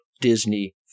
Disney